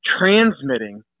transmitting